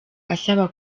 asaba